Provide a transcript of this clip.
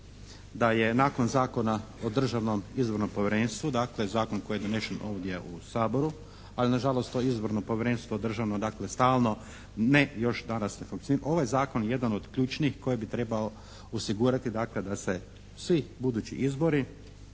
da je nakon Zakona o državnom izbornom povjerenstvu dakle zakon koji je donesen ovdje u Saboru, ali nažalost to izborno povjerenstvo državno dakle stalno ne još danas ne funkcionira, ovaj zakon jedan od ključnih koji bi trebao osigurati dakle da se svi budući izbori